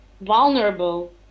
vulnerable